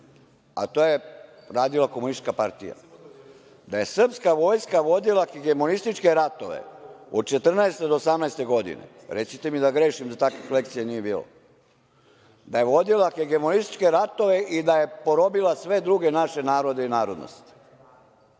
a to je radila KP, da je srpska vojska vodila hegemonističke ratove od 1914. do 1918. godine, recite mi da grešim da takvih lekcija nije bilo, da je vodila hegemonističke ratove i da je porobila sve druge naše narode i narodnosti.